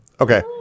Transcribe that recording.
Okay